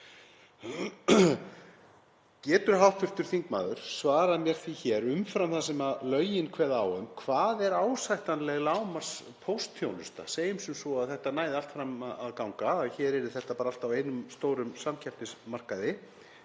Getur hv. þingmaður svarað mér því hér, umfram það sem lögin kveða á um, hvað er ásættanleg lágmarkspóstþjónusta? Segjum sem svo að þetta næði allt fram að ganga, að hér yrði þetta bara allt að einum stórum samkeppnismarkaði